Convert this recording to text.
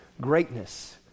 greatness